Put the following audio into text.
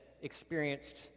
experienced